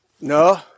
no